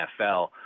NFL